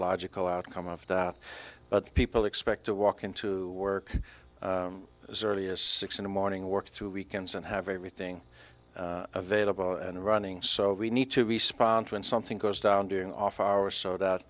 logical outcome of that but people expect to walk into work as early as six in the morning work through weekends and have everything available and running so we need to respond when something goes down during off hours so